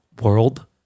world